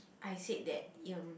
I said that um